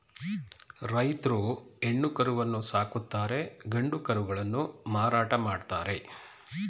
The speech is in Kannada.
ರೈತ್ರು ಹೆಣ್ಣು ಕರುವನ್ನು ಸಾಕುತ್ತಾರೆ ಗಂಡು ಕರುಗಳನ್ನು ಮಾರಾಟ ಮಾಡ್ತರೆ